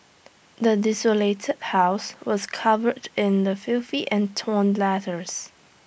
the desolated house was covered in the filthy and torn letters